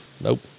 Nope